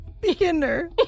Beginner